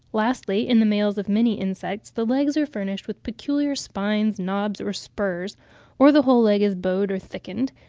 lastly, in the males of many insects, the legs are furnished with peculiar spines, knobs or spurs or the whole leg is bowed or thickened,